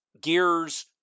gears